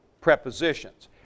prepositions